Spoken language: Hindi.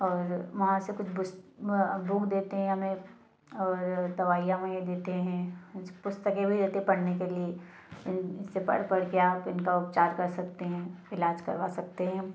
और वहाँ से कुछ बुस बुक देते हैं हमें और दवाइयाँ अवाइयाँ देते हैं पुस्तकें वही होती पढ़ने के लिए इससे पढ़ पढ़कर आप इनका उपचार कर सकते हैं इलाज करवा सकते हैं